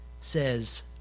says